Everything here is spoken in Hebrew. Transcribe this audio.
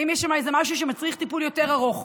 ואם יש שם משהו שמצריך טיפול יותר ארוך,